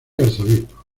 arzobispo